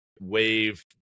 Wave